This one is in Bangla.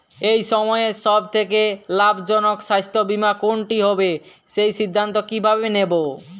এই সময়ের সব থেকে লাভজনক স্বাস্থ্য বীমা কোনটি হবে সেই সিদ্ধান্ত কীভাবে নেব?